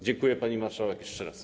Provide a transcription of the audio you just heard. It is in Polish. Dziękuję, pani marszałek, jeszcze raz.